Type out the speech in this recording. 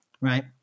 Right